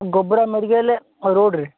ଗୋବରା medical ରେ road ରେ